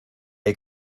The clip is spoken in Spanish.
hay